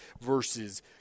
versus